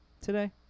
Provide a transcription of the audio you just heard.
today